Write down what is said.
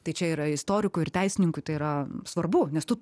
tai čia yra istorikų ir teisininkų tai yra svarbu nes tu